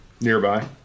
nearby